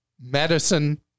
medicine